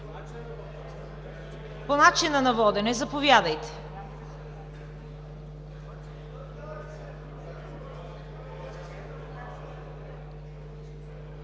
По начина на водене, заповядайте.